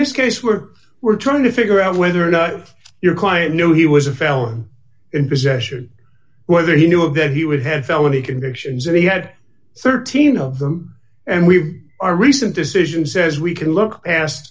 this case where we're trying to figure out whether or not your client knew he was a felon in possession whether he knew of that he would have felony convictions or he had thirteen of them and we have our recent decision says we can look past